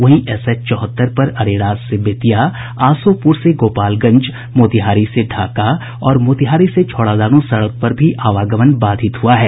वहीं एसएच चौहत्तर पर अरेराज से बेतिया आसोपुर से गोपालगंज मोतिहारी से ढ़ाका और मोतिहारी से छौड़ादानो सड़क पर भी आवागमन बाधित हुआ है